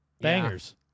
Bangers